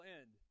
end